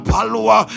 Palua